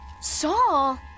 Saul